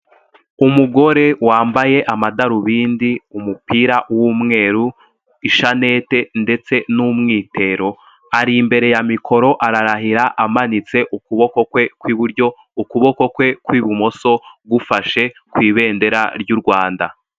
Umugore wambaye amadarubindi, umupira w'umweru, ishanete ndetse n'umwitero, ari imbere ya mikoro ararahira amanitse ukuboko kwe kw'iburyo, ukuboko kwe kw'ibumoso gufashe ku ibendera ry'u Rwanda.